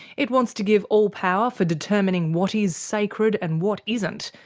it wants to give all power for determining what is sacred, and what isn't,